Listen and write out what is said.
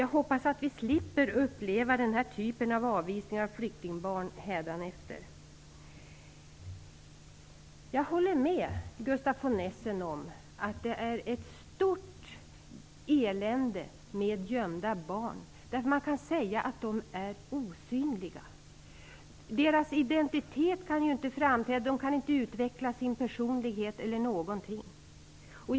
Jag hoppas att vi slipper uppleva den här typen av avvisningar av flyktingbarn hädanefter. Jag håller med Gustaf von Essen om att det är ett stort elände med gömda barn. Man kan säga att de är osynliga. Deras identitet kan inte framträda, de kan inte utveckla sin personlighet osv.